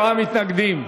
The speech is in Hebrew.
67 מתנגדים,